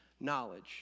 knowledge